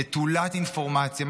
נטולת אינפורמציה.